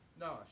No